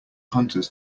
hunters